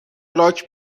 لاک